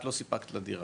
את לא סיפקת לה דירה,